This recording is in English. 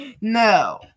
No